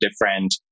different